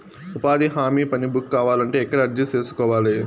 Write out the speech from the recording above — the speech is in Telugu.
ఉపాధి హామీ పని బుక్ కావాలంటే ఎక్కడ అర్జీ సేసుకోవాలి?